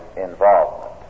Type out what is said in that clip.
involvement